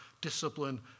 discipline